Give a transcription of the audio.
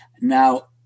Now